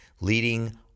leading